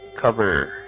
cover